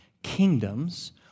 kingdoms